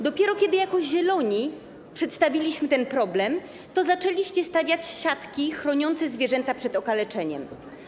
Dopiero kiedy jako Zieloni przedstawiliśmy ten problem, zaczęliście stawiać siatki chroniące zwierzęta przed okaleczeniem.